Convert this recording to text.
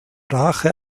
rache